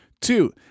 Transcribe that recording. Two